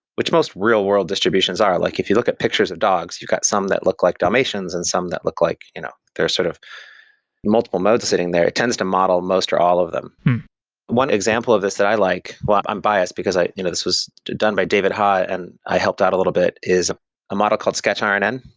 which most real-world distributions are. like if you look at pictures of dogs, you've got some that look like dalmatians and some that look like you know there's sort of multiple modes sitting there. it tends to model most or all of them one example of this that i like i'm biased, because i you know this was done by david ha and i helped out a little bit is a model called sketch ironing,